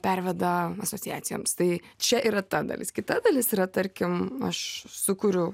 perveda asociacijoms tai čia yra ta dalis kita dalis yra tarkim aš sukuriu